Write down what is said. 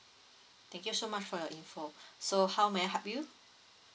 thank you so much for your info so how may I help you